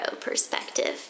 perspective